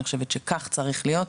אני חושבת שכך צריך להיות.